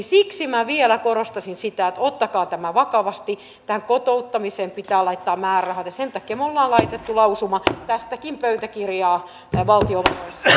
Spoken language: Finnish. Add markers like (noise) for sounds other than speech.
(unintelligible) siksi vielä korostaisin sitä että ottakaa tämä vakavasti tähän kotouttamiseen pitää laittaa määrärahat ja sen takia me olemme laittaneet lausuman tästäkin pöytäkirjaan valtiovaroissa että tähän